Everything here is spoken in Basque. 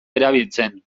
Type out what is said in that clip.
erabiltzen